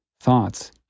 thoughts